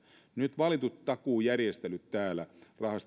nyt valitut takuujärjestelyt